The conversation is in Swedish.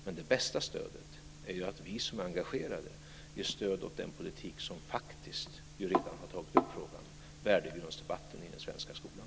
Men det bästa stödet är att vi som är engagerade ger stöd åt den politik som faktiskt redan har tagit upp värdegrundsdebatten i den svenska skolan.